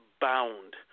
bound